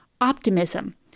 optimism